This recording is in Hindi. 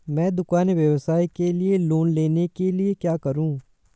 मैं दुकान व्यवसाय के लिए लोंन लेने के लिए क्या करूं?